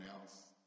else